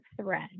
thread